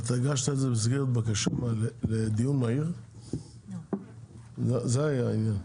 אתה הגשת את זה במסגרת בקשה לדיון מהיר - זה היה העניין,